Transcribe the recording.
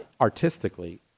artistically